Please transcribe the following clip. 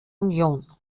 union